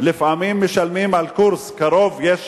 לפעמים משלמים על קורס, קרוב, יש